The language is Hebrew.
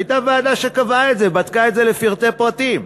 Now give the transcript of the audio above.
הייתה ועדה שקבעה את זה ובדקה את זה לפרטי פרטים,